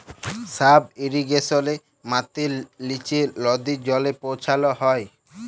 sub ইরিগেশলে মাটির লিচে লদী জলে পৌঁছাল হ্যয়